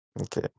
Okay